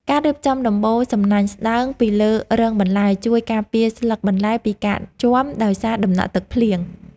ការរៀបចំដំបូលសំណាញ់ស្តើងពីលើរងបន្លែជួយការពារស្លឹកបន្លែពីការជាំដោយសារតំណក់ទឹកភ្លៀង។